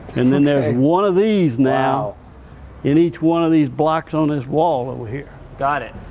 and then there's one of these now in each one of these blocks on this wall over here. got it.